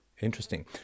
interesting